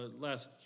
last